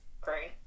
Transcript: great